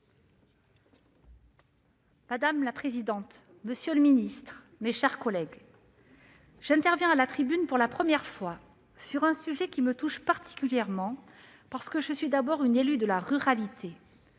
Madame la présidente, monsieur le secrétaire d'État, mes chers collègues, j'interviens à la tribune pour la première fois, sur un sujet qui me touche particulièrement, car je suis d'abord une élue de la ruralité.